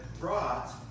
brought